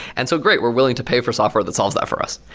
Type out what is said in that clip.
and so great, we're willing to pay for software that solves that for us.